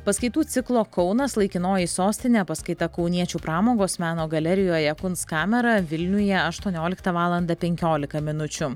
paskaitų ciklo kaunas laikinoji sostinė paskaita kauniečių pramogos meno galerijoje kunstkamera vilniuje aštuonioliktą valandą penkiolika minučių